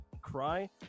cry